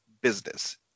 business